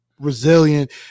resilient